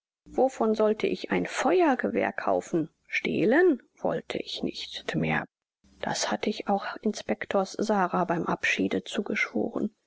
wovon sollte ich ein feuergewehr kaufen stehlen wollte ich nicht mehr das hatt ich auch inspectors sara beim abschiede zugeschworen